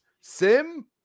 SIM